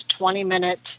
20-minute